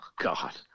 God